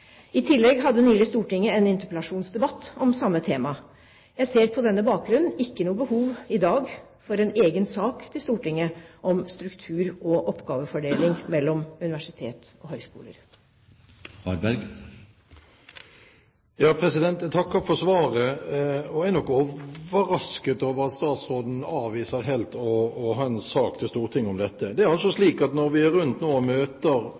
I tillegg hadde nylig Stortinget en interpellasjonsdebatt om samme tema. Jeg ser på denne bakgrunn ikke noe behov i dag for en egen sak til Stortinget om struktur og oppgavefordeling mellom universitet og høyskoler. Jeg takker for svaret og er nok overrasket over at statsråden avviser helt å komme til Stortinget med en sak om dette. Det er altså slik at når vi møter de miljøene som er